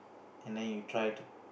and then you try to